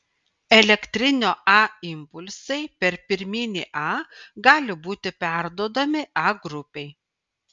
elektrinio a impulsai per pirminį a gali būti perduodami a grupei